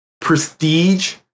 prestige